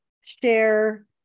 share